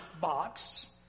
box